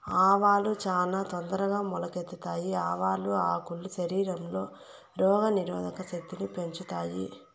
ఆవాలు చానా తొందరగా మొలకెత్తుతాయి, ఆవాల ఆకులు శరీరంలో రోగ నిరోధక శక్తిని పెంచుతాయి